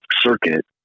circuit